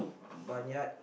barnyard